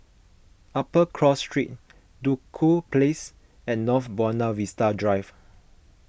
Upper Cross Street Duku Place and North Buona Vista Drive